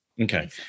Okay